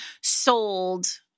sold